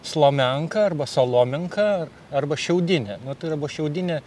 slomenka arba salomenka arba šiaudinė nu tai yra buvo šiaudinė